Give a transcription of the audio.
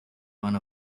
one